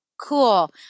Cool